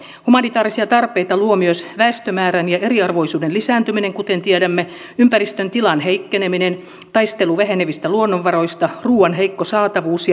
humanitaarisia tarpeita luovat myös väestömäärän ja eriarvoisuuden lisääntyminen kuten tiedämme ympäristön tilan heikkeneminen taistelu vähenevistä luonnonvaroista ruuan heikko saatavuus ja huono hallinto